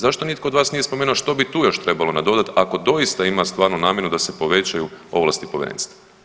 Zašto nitko od vas nije spomenuo što bi tu još trebalo nadodat ako doista ima stvarno namjeru da se povećaju ovlasti Povjerenstva.